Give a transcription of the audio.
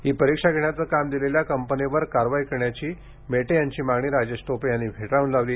ही परीक्षा घेण्याचं काम दिलेल्या कंपनीवर कारवाई करण्याची मेटे यांची मागणी राजेश टोपे यांनी फेटाळून लावली